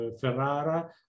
Ferrara